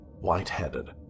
white-headed